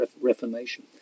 Reformation